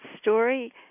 story